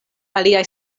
aliaj